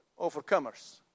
Overcomers